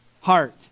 heart